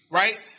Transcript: right